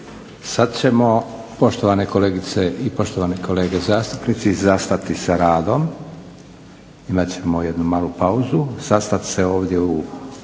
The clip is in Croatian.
Sada ćemo poštovane kolegice i kolege zastupnici zastati sa radom, imat ćemo jednu malu pauzu, sastat se ovdje u